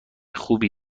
خوبی